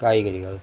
காய்கறிகள்